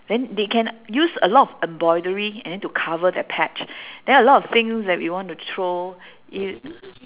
then they can use a lot of embroidery and then to cover that patch then a lot of things that we want to throw it